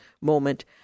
moment